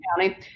county